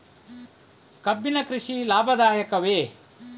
ಕಬ್ಬಿನ ಕೃಷಿ ಲಾಭದಾಯಕವೇ?